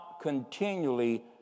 continually